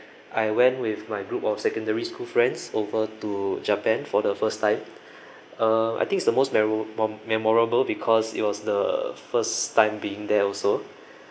I went with my group of secondary school friends over to japan for the first time uh I think it's the most memorable because it was the first time being there also